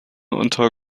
unter